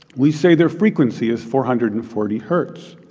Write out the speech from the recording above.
we say their frequency is four hundred and forty hertz.